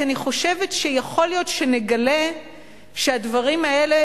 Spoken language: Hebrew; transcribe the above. כי אני חושבת שיכול להיות שנגלה שהדברים האלה